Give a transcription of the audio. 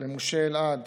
למשה אלעד